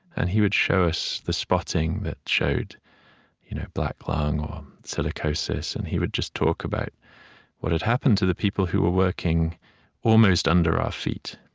and he would show us the spotting that showed you know black lung or silicosis, and he would just talk about what had happened to the people who were working almost under our feet.